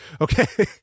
Okay